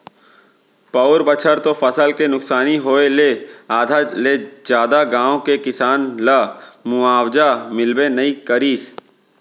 पउर बछर तो फसल के नुकसानी होय ले आधा ले जादा गाँव के किसान ल मुवावजा मिलबे नइ करिस